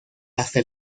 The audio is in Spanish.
hasta